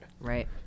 Right